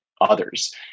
others